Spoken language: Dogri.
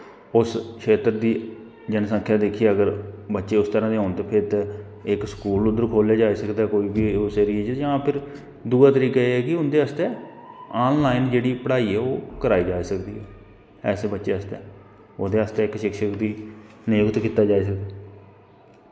उस खेत्तर दी जनसंख्या दिक्खियै अगर बच्चे उस तरां दे होन फिर ते इक स्कूल उध्दर खोल्लेआ जाई सकदा कोई बी उस एरिये च जां फिर दूआ तरीका एह् ऐ कि उंदै आस्तै ऑन लाईन जेह्ड़ी पढञाई ऐ ओह् कराई जाई सकदी ऐ ऐसे बच्चें आस्तै ओह्ॅदै आस्तै इक शिक्षक गी नियुक्त कीता जाई सकदा